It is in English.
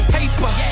Paper